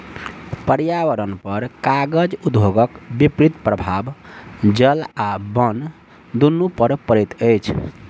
पर्यावरणपर कागज उद्योगक विपरीत प्रभाव जल आ बन दुनू पर पड़ैत अछि